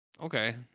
okay